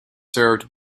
served